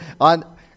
on